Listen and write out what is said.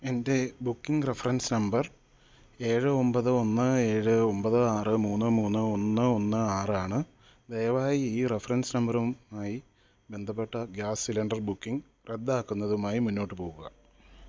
എൻ്റെ booking reference number ഏഴ് ഒൻപത് ഒന്ന് ഏഴ് ഒൻപത് ആറ് മൂന്ന് മൂന്ന് ഒന്ന് ഒന്ന് ആറാണ് ദയവായി ഈ റഫറൻസ് നമ്പറുമായി ബന്ധപ്പെട്ട ഗ്യാസ് സിലിണ്ടർ ബുക്കിംഗ് റദ്ദാക്കുന്നതുമായി മുന്നോട്ട് പോകുക